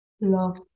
love